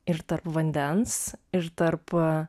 ir tarp vandens ir tarp